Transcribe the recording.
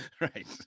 Right